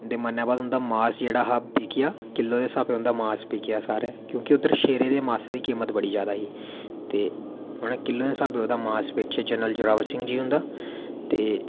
उं'दे मरने दे बाद उं'दा जेह्ड़ा मास हा बिकेआ किलो दे स्हाब कन्नै उं'दा मास बिकेआ सारे क्योंकि उद्धर शेरे दे मास दी कीमत बड़ी जादा ही ते किलो दे स्हाब कन्नै मास बेचेआ जनरल जोरावर सिंह हुंदा ते